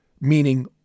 meaning